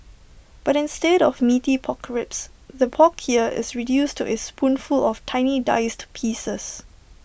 but instead of Meaty Pork Ribs the pork here is reduced to A spoonful of tiny diced pieces